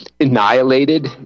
annihilated